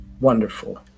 wonderful